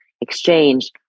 Exchange